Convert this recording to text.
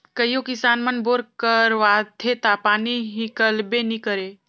कइयो किसान मन बोर करवाथे ता पानी हिकलबे नी करे